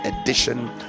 edition